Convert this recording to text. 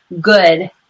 good